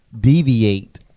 deviate